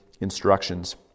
instructions